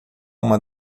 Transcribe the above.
uma